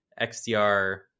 XDR